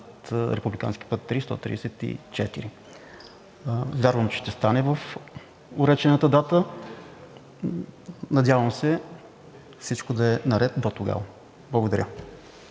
републикански път III-134. Вярвам, че ще стане в уречената дата и се надявам всичко да е наред дотогава. Благодаря.